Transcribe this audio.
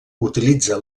utilitza